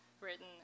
written